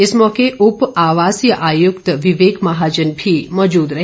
इस मौके उप आवासीय आयुक्त विवेक महाजन भी मौजूद रहे